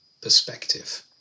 perspective